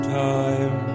time